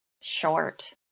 short